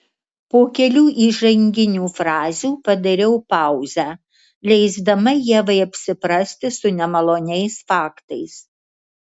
po kelių įžanginių frazių padariau pauzę leisdama ievai apsiprasti su nemaloniais faktais